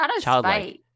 childlike